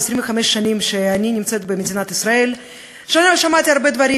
25 השנים שאני נמצאת במדינת ישראל שמעתי הרבה דברים